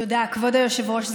תודה, כבוד היושב-ראש.